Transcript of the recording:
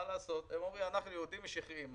הם אומרים אנחנו יהודים משיחיים,